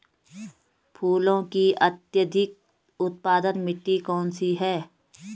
फूलों की अत्यधिक उत्पादन मिट्टी कौन सी है?